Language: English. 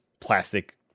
plastic